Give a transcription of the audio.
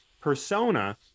persona